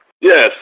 Yes